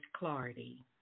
Clardy